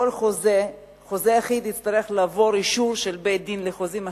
כל חוזה אחיד יצטרך לעבור אישור של בית-הדין לחוזים אחידים.